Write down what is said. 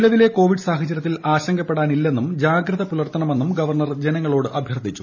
നിലവിലെ കോവിഡ് സാഹചര്യത്തിൽ ആശങ്കപ്പെടാനില്ലെന്നും ജാഗ്രത പുലർത്തണമെന്നും ഗവർണ്ണർ ജനങ്ങളോട് അഭ്യർത്ഥിച്ചു